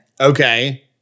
Okay